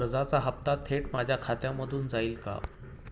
कर्जाचा हप्ता थेट माझ्या खात्यामधून जाईल का?